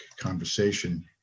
Conversation